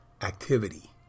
activity